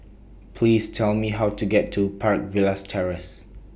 Please Tell Me How to get to Park Villas Terrace